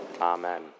Amen